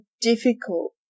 difficult